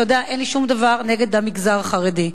אתה יודע אין לי שום דבר נגד המגזר החרדי,